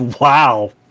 Wow